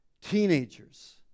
Teenagers